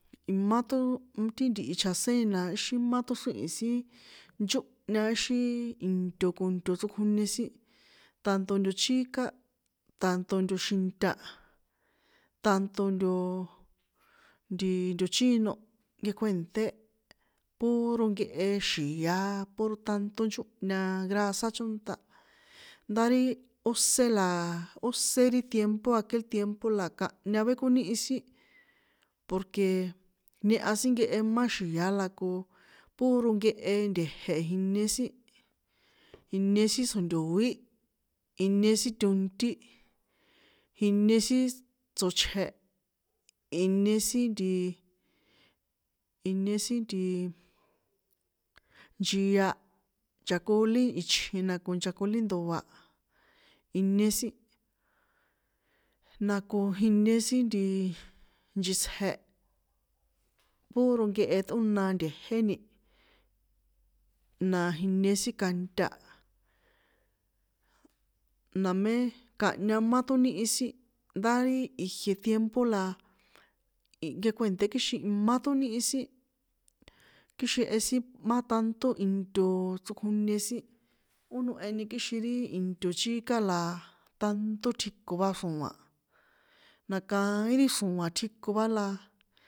Imá ṭó ti ntihi chjaséni na íxin má ṭóxríhi̱n sin nchónhña xí into ko nto chrokjonie sin, tanto nto chíka, tanto ntoxinta, tanto ntoooo, ti nto chino, nkekuènṭé, puro nkehe xi̱a, puro tanto nchónhña grasa chónṭa, ndá ri ósé laaaaa, ósé ri tiempo a aquel tiempo la kanhña vekoníhi sin, porque, nieha sin nkehe má xi̱a la ko, puro nkehe nte̱je̱ jinie sin, inie sin tsjo̱nto̱í, inie sin tontí, jinie sin tsochje, inie sin ntiii, inie sin ntiii, nchia, nchakolí ichjin na ko nchakolí ndoa, inie sin, na ko jinie sin ntiiii, nchitsje, puro nkehe ṭꞌóna nte̱jéni, na jinie sin kanta, namé kanhña má ṭóníhi sin, ndá ri ijie tiempo la i nkekue̱nṭé kixin imá ṭónihi sin, kixin he sin má tanto into chrokjonie sin, ó noheni kixin ri into chíka la- a, tanto tjiko va xro̱a̱n, na kaín ri xro̱a̱n tjiko va la.